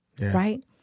right